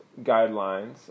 guidelines